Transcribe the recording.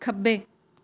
ਖੱਬੇ